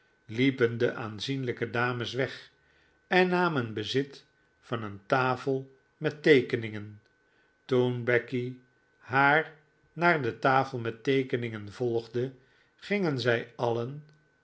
iiepen de aanzienlijke dames weg en namen bezit van een tafel met teekeningen toen becky haar naar de tafel met teekeningen volgde gingen zij alien